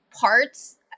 parts